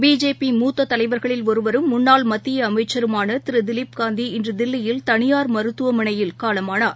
BJP மூத்ததலைவர்களில் ஒருவரும் முன்னாள் மத்தியஅமைச்சருமானதிருதிலிப் காந்தி இன்றுதில்லியில் தனியார் மருத்துவமனைஒன்றில் காலமானார்